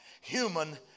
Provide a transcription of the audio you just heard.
human